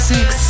Six